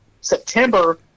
September